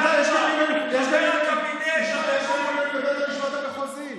יש מינויים גם לבית המשפט המחוזי.